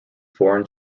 foreign